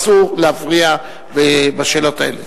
אסור להפריע בשאלות האלה.